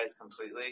completely